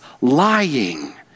lying